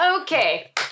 Okay